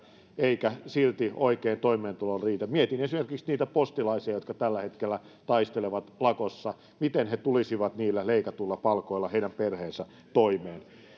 eikä silti oikein toimeentulo riitä mietin esimerkiksi niitä postilaisia jotka tällä hetkellä taistelevat lakossa miten he ja heidän perheensä tulisivat niillä leikatuilla palkoilla toimeen